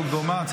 מס'